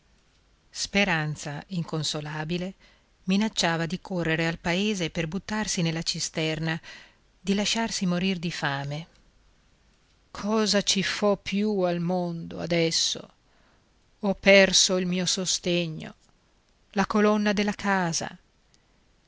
speranza inconsolabile minacciava di correre al paese per buttarsi nella cisterna di lasciarsi morir di fame cosa ci fo più al mondo adesso ho perso il mio sostegno la colonna della casa